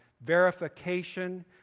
verification